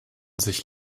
sich